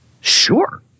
sure